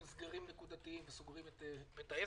סגרים נקודתיים וסוגרים את בית העסק,